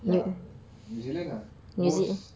ya new zealand ah most